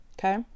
okay